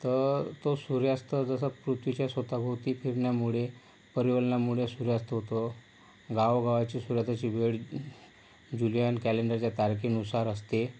तर तो सूर्यास्त जसा पृथ्वीच्या स्वतःभोवती फिरण्यामुळे परिवलनामुळे सूर्यास्त होतो गावोगावची सूर्यास्ताची वेळ ज्यूलियन कॅलेंडरच्या तारखेनुसार असते